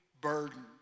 burdened